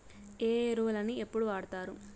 ఏ ఎరువులని ఎప్పుడు వాడుతారు?